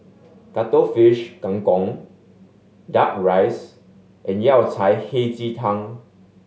Cuttlefish Kang Kong Duck Rice and Yao Cai Hei Ji Tang